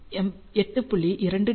2 D